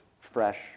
fresh